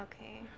Okay